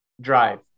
drive